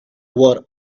were